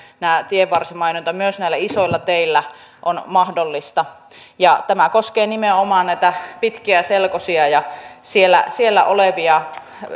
tämä tienvarsimainonta myös näillä isoilla teillä on mahdollista tämä koskee nimenomaan näitä pitkiä selkosia ja siellä siellä olevia